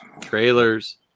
trailers